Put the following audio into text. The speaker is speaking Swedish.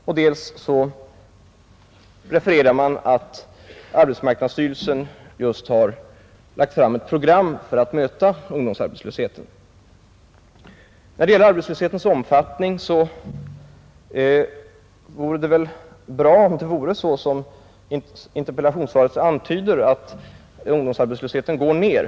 Vidare anförs att arbetsmarknadsstyrelsen just har lagt fram ett program för att möta ungdomsarbetslösheten. När det gäller arbetslöshetens omfattning vore det väl bra, om det förhöll sig så som interpellationssvaret antyder, nämligen att ungdomsarbetslösheten har gått ner.